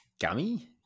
gummy